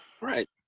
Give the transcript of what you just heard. right